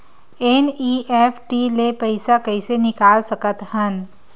NEFT ले पईसा कइसे निकाल सकत हन?